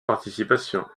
participation